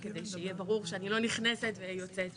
כדי שיהיה ברור שאני לא נכנסת ויוצאת.